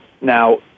Now